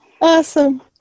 Awesome